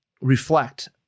Reflect